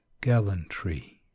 gallantry